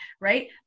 right